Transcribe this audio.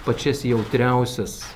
pačias jautriausias